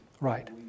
Right